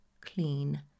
clean